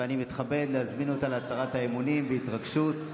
ואני מתכבד להזמין אותה להצהרת האמונים בהתרגשות.